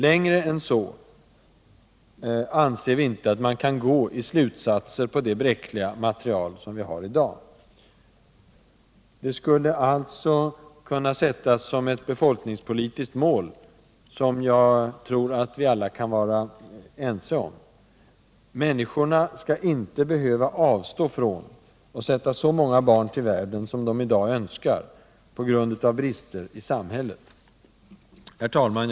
Längre än så anser vi inte att man kan gå i slutsatser på det bräckliga material som vi i dag har. Såsom ett befolkningspolitiskt mål, som jag tror att alla kan vara överens om, skulle alltså kunna sättas: Människorna skall inte på grund av brister i samhället behöva avstå från att sätta så många barn till världen som de i dag önskar sig. Herr talman!